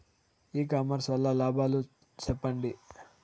ఇ commerce వల్ల లాభాలు సెప్పండి?